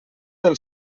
del